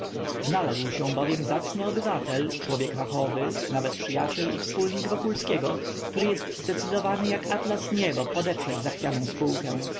znalazł się bowiem zacny obywatel człowiek fachowy nawet przyjaciel i wspólnik wokulskiego który jest zdecydowany jak atlas niebo podeprzeć zachwianą spółkę